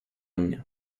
mnie